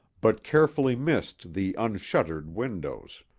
but carefully missed the unshuttered windows.